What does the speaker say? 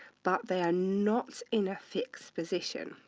but they are not in a fixed position.